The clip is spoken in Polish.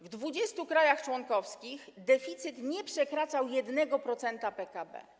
W 20 krajach członkowskich deficyt nie przekraczał 1% PKB.